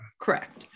correct